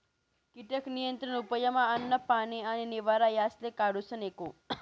कीटक नियंत्रण उपयमा अन्न, पानी आणि निवारा यासले काढूनस एको